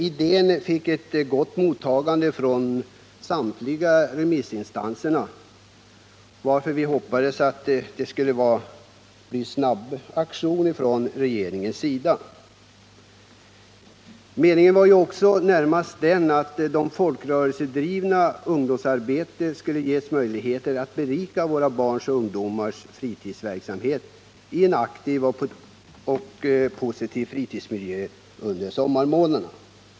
Idén fick ett gott mottagande från samtliga remissinstanser, och därför hoppades vi att det skulle bli en snabb reaktion från regeringens sida. Meningen var också närmast att det folkrörelsedrivna ungdomsarbetet skulle ges möjlighet att berika våra barns och ungdomars fritidsverksamhet i en aktiv och positiv fritidsmiljö under sommarmånaderna.